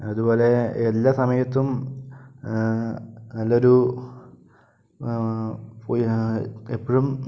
അതുപോലെ എല്ലാ സമയത്തും നല്ലൊരു പോയി എപ്പോഴും